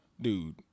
dude